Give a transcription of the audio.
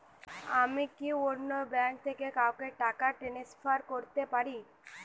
আমি কি অন্য ব্যাঙ্ক থেকে কাউকে টাকা ট্রান্সফার করতে পারি?